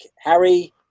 Harry